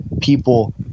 people